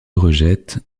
rejette